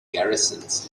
garrisons